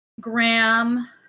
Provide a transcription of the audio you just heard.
Graham